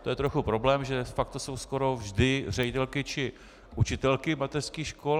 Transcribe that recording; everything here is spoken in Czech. To je trochu problém, de facto jsou to skoro vždy ředitelky či učitelky mateřských škol.